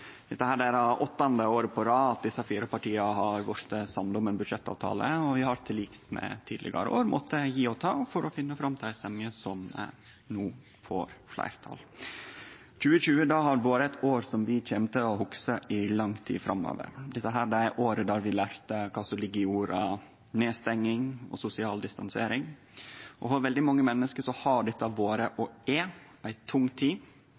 Dette er det åttande året på rad desse fire partia har vorte samde om ein budsjettavtale, og vi har til liks med tidlegare år måtta gje og ta for å finne fram til ei semje som no får fleirtal. 2020 har vore eit år som vi kjem til å hugse i lang tid framover. Det var året då vi lærte kva som ligg i orda «nedstenging» og «sosial distansering». For veldig mange menneske har det vore – og er – ei tung tid,